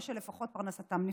או שלפחות פרנסתם נפגעה.